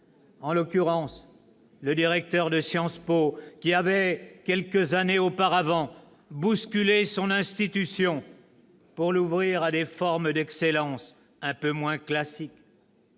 en l'occurrence le directeur de Sciences Po, qui avait, quelques années auparavant, bousculé son institution pour l'ouvrir à des formes d'excellence un peu moins classiques.